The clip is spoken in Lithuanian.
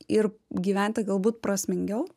ir gyventi galbūt prasmingiau